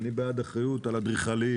אגב, אני בעד אחריות על אדריכלים,